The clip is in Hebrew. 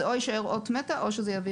או שזה יישאר אות מתה או שזה יביא